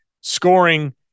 scoring